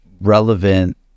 relevant